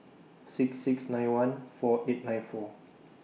six six nine one four eight nine four